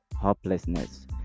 hopelessness